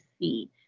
see